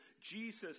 Jesus